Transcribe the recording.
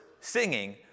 Singing